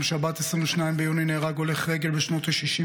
ביום שבת 22 ביוני נהרג הולך רגל בשנות השישים